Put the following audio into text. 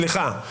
סליחה.